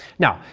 now,